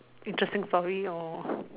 interesting story or